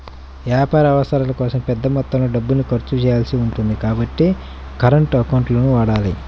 వ్యాపార అవసరాల కోసం పెద్ద మొత్తంలో డబ్బుల్ని ఖర్చు చేయాల్సి ఉంటుంది కాబట్టి కరెంట్ అకౌంట్లను వాడాలి